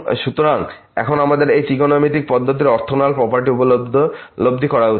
সুতরাং এখন আমাদের এই ত্রিকোণমিতিক পদ্ধতির অর্থগোনাল প্রপার্টি উপলব্ধি করা উচিত